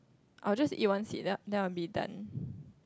I will just eat one seed then then I will be done